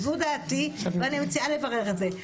זו דעתי ואני מציעה לברר את זה.